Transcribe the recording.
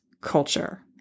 culture